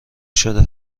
شده